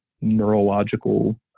neurological